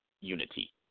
unity